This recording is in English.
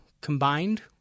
combined